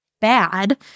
bad